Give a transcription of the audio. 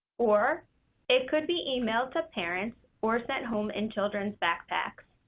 or it could be emailed to parents or sent home in children's backpacks.